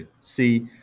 see